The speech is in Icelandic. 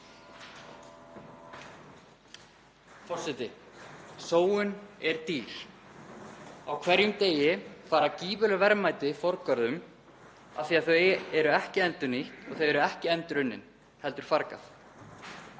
Forseti. Sóun er dýr. Á hverjum degi fara gífurleg verðmæti forgörðum af því að þau eru ekki endurnýtt og ekki endurunnin heldur fargað.